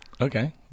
Okay